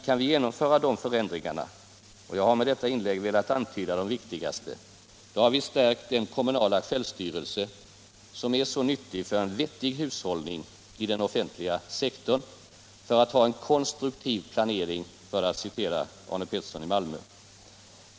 Kan vi genomföra de förändringarna — och jag har med detta inlägg velat antyda de viktigaste — då har vi stärkt den kommunala självstyrelse som är så nyttig för en vettig hushållning i den offentliga sektorn för en ”konstruktiv planering”, för att citera Arne Pettersson i Malmö.